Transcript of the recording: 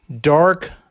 dark